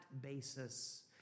basis